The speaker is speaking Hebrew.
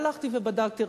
והלכתי ובדקתי,